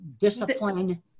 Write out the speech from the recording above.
discipline